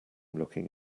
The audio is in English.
looking